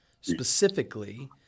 specifically